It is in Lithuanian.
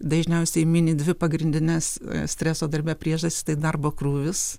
dažniausiai mini dvi pagrindines streso darbe priežastį darbo krūvis